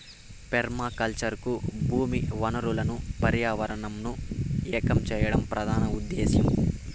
permaculture కు భూమి వనరులను పర్యావరణంను ఏకం చేయడం ప్రధాన ఉదేశ్యం